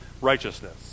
righteousness